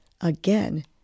Again